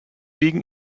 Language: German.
wegen